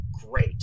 Great